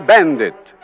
Bandit